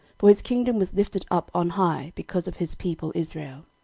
for his kingdom was lifted up on high, because of his people israel.